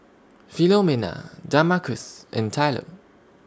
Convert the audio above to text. Philomena Damarcus and Tylor